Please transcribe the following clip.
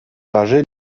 ważyli